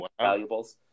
valuables